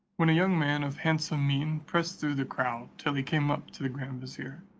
when a young man of handsome mien pressed through the crowd till he came up to the grand vizier,